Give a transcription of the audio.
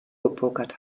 gepokert